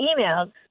emails